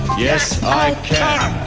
yes, i can.